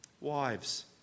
Wives